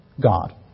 God